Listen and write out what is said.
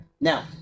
Now